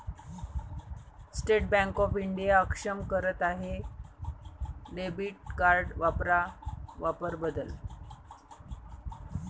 state Bank of India अक्षम करत आहे डेबिट कार्ड वापरा वापर बदल